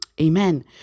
Amen